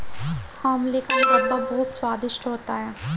आंवले का मुरब्बा बहुत स्वादिष्ट होता है